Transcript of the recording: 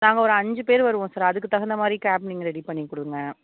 நாங்கள் ஒரு அஞ்சு பேர் வருவோம் சார் அதுக்கு தகுந்த மாதிரி கேப் நீங்கள் ரெடி பண்ணிக் கொடுங்க